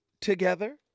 together